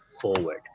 forward